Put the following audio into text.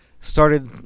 started